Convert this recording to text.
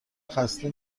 خسته